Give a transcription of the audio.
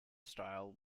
style